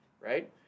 right